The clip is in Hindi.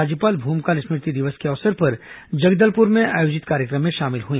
राज्यपाल भूमकाल स्मृति दिवस के अवसर पर जगदलपुर में आयोजित कार्यक्रम में शामिल हुई